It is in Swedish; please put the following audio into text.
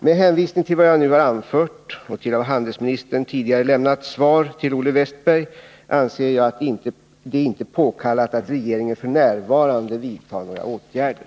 Med hänvisning till vad jag nu har anfört och till av handelsministern tidigare lämnat svar till Olle Wästberg anser jag det inte påkallat att regeringen f. n. vidtar några åtgärder.